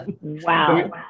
Wow